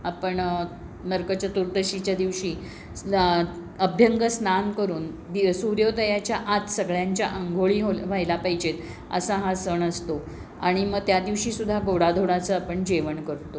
आपण नरक चतुर्दशीच्या दिवशी स्ना अभ्यंग स्नान करून दि सूर्योदयाच्या आत सगळ्यांच्या अंघोळी हो व्हायला पाहिजेत असा हा सण असतो आणि मग त्या दिवशी गोडाधोडाचं आपण जेवण करतो